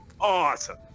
Awesome